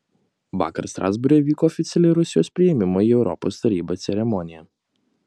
vakar strasbūre vyko oficiali rusijos priėmimo į europos tarybą ceremonija